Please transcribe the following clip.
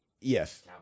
Yes